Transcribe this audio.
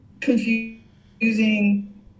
confusing